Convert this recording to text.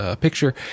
picture